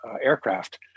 aircraft